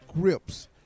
grips